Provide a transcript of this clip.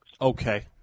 Okay